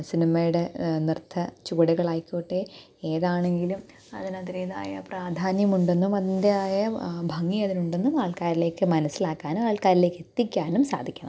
സിനിമയുടെ നൃത്ത ചുവടുകളായിക്കോട്ടെ ഏതാണെങ്കിലും അതിന് അതിൻ്റേതായ പ്രാധാന്യമുണ്ടെന്നും അതിന്റെതായ ഭംഗി അതിനുണ്ടെന്നും ആൾക്കാരിലേക്ക് മനസിലാക്കാനും ആൾക്കാരിലേക്ക് എത്തിക്കാനും സാധിക്കണം